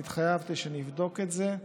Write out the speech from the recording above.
אני התחייבתי שאני אבדוק את זה,